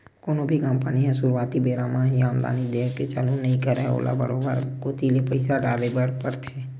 कोनो भी कंपनी ह सुरुवाती बेरा म ही आमदानी देय के चालू नइ करय ओला बरोबर घर कोती ले पइसा डाले बर परथे